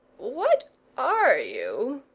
what are you?